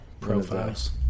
Profiles